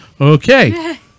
Okay